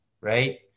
right